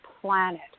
planet